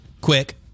quick